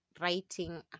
writing